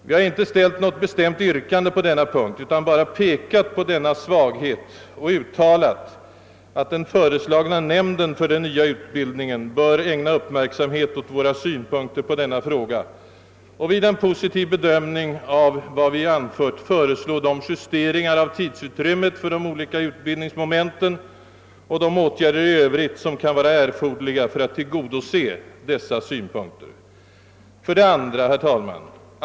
Vi har inte ställt något bestämt yrkande på denna punkt utan bara pekat på denna svaghet och uttalat att den föreslagna nämnden för den nya utbildningen bör ägna uppmärksamhet åt våra synpunkter på denna fråga och vid en positiv bedömning av vad vi anfört föreslå de justeringar av tidsutrymmet för de olika utbildningsmomenten och de åtgärder i övrigt som kan vara erforderliga för att tillgodose dessa synpunkter.